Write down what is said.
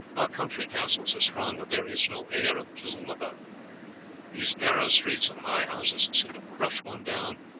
our country castles are strong, but there is no air of gloom about them these narrow streets and high houses seem to crush one down.